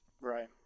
Right